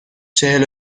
چهل